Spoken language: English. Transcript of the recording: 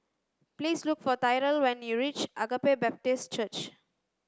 please look for Tyrel when you reach Agape Baptist Church